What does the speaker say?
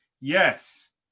Yes